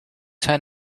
ten